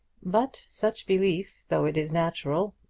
but such belief, though it is natural,